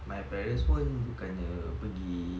my parents pun bukannya pergi